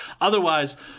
Otherwise